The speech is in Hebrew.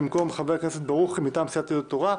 במקום חבר הכנסת ברוכי מטעם סיעת יהדות התורה,